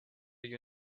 you